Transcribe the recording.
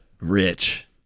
rich